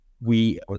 we-